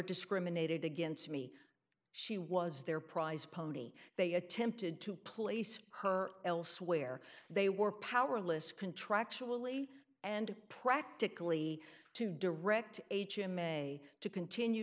discriminated against me she was their prized pony they attempted to place her elsewhere they were powerless contractually and practically to direct him may to continue